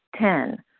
Ten